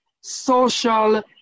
social